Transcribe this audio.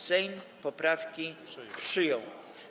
Sejm poprawki przyjął.